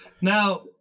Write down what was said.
Now